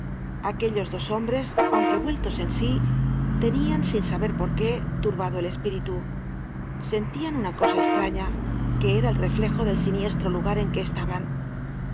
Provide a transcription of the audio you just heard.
aquellos dos hombres aunque vueltos en sí tenían sin saber por qtté turbado el espíritu sentian una cosa estraña que era el reflejo del siniestro lugar en que estaban